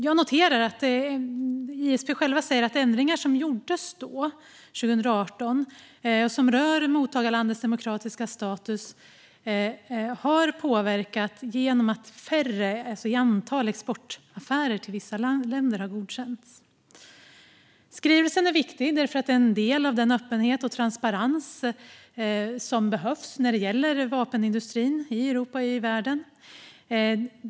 Jag noterar att ISP själva säger att ändringar som gjordes då, 2018, och som rör mottagarlandets demokratiska status har påverkat genom att färre exportaffärer till vissa länder har godkänts. Skrivelsen är viktig därför att den är en del av den öppenhet och transparens som behövs när det gäller vapenindustrin i Europa och i världen.